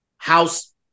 house